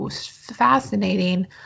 fascinating